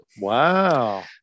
Wow